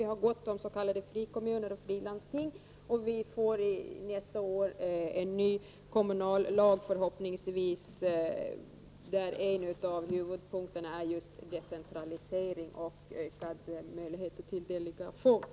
Vi har gott om s.k. frikommuner och frilandsting. Och vi får förhoppningsvis nästa år en ny kommunallag, där en av huvudpunkterna är just decentralisering och ökad möjlighet till delegering.